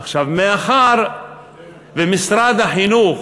עכשיו, מאחר שמשרד החינוך